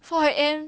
four A_M